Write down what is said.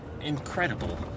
incredible